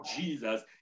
Jesus